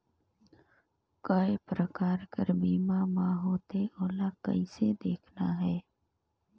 काय प्रकार कर बीमा मा होथे? ओला कइसे देखना है?